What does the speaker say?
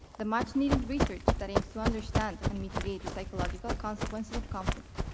the much needed research that aims to understand and mitigate the psychological consequences of conflict